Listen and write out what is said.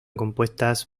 compuestas